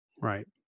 Right